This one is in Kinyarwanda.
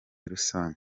rusange